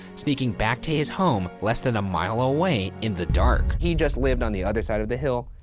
sneaking back to his home less than a mile away in the dark. he just lived on the other side of the hill.